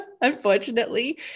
Unfortunately